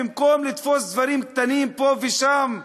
במקום לתפוס דברים קטנים פה ושם,